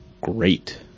great